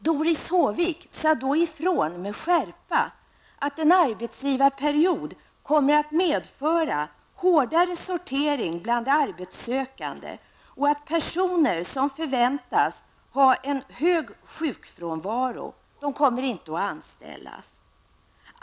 Doris Håvik sade då ifrån med skärpa att en arbetsgivarperiod kommer att medföra hårdare sortering bland de arbetssökande och att personer som förväntas ha en hög sjukfrånvaro inte anställs.